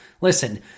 Listen